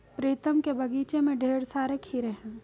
प्रीतम के बगीचे में ढेर सारे खीरे हैं